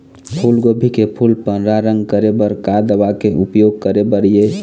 फूलगोभी के फूल पर्रा रंग करे बर का दवा के उपयोग करे बर ये?